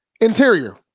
Interior